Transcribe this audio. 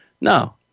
No